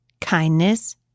kindness